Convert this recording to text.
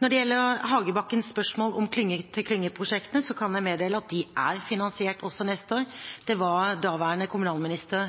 Når det gjelder Hagebakkens spørsmål til klyngeprosjektene, kan jeg meddele at de er finansiert også neste år. Det var daværende kommunalminister